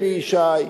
אלי ישי,